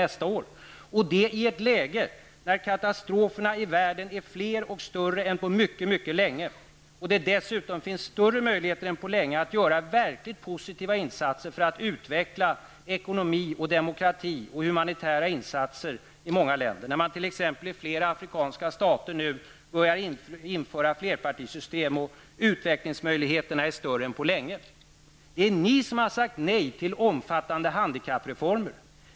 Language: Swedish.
Detta sker i ett läge då katastroferna i världen är fler och större än på mycket länge och dessutom möjligheterna i många länder är större än på länge att dels göra verkligt positiva insatser för att utveckla ekonomi och demokrati, dels och göra humanitära insatser. I t.ex. flera afrikanska stater har man börjat införa flerpartisystem. Utvecklingsmöjligheterna är större än på mycket länge. Det är ni som har sagt nej till omfattande handikappreformer.